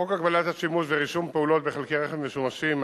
חוק הגבלת השימוש ורישום פעולות בחלקי רכב משומשים,